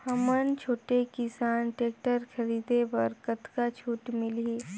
हमन छोटे किसान टेक्टर खरीदे बर कतका छूट मिलही?